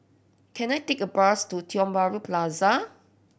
can I take a bus to Tiong Bahru Plaza